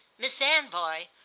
miss anvoy,